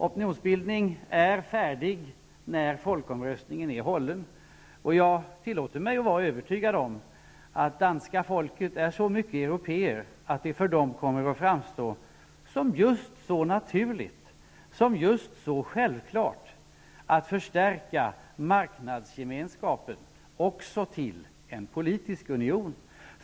Opinionsbildningen är färdig när folkomröstningen är hållen, och jag tillåter mig att vara övertygad om att danskarna är så mycket av européer att det för dem kommer att framstå just som naturligt, just som självklart att förstärka marknadsgemenskapen till en politisk union.